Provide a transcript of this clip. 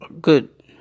good